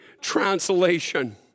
translation